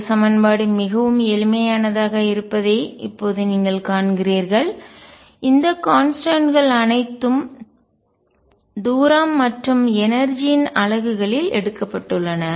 இந்த சமன்பாடு மிகவும் எளிமையானதாக இருப்பதை இப்போது நீங்கள் காண்கிறீர்கள் இந்த கான்ஸ்டன்ட் கள் மாறிலிகள் அனைத்தும் தூரம் மற்றும் எனர்ஜிஆற்றல்யின் அலகுகளில் எடுக்கப்பட்டுள்ளன